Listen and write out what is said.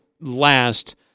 last